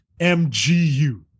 MGU